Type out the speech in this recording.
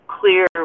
clear